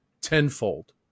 tenfold